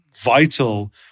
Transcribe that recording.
vital